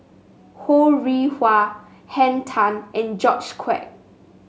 Ho Rih Hwa Henn Tan and George Quek